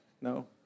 No